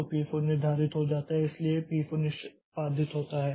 तो पी 4 निर्धारित हो जाता है इसलिए पी 4 निष्पादित होता है